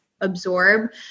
absorb